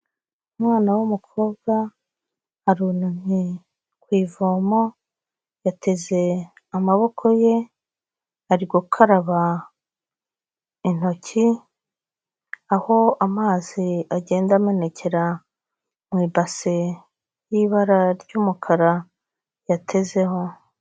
Umwana w'umukobwa arunamye ku ivomo yateze amaboko ye ari gukaraba intoki, aho amazi agenda amenekera mu ibase y'ibara ry'umukara yatezeho.